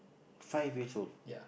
five years old